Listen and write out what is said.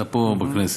אתה פה בכנסת,